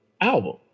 album